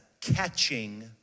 catching